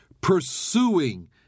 pursuing